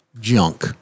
junk